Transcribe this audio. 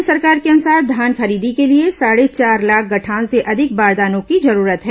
राज्य सरकार के अनुसार धान खरीदी के लिए साढ़े चार लाख गठान से अधिक बारदानों की जरूरत है